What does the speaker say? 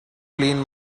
cleaned